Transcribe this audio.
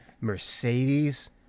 Mercedes